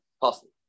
possible